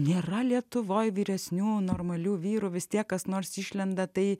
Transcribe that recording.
nėra lietuvoje vyresnių normalių vyrų vis tiek kas nors išlenda tai